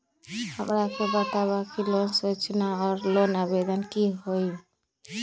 हमरा के बताव कि लोन सूचना और लोन आवेदन की होई?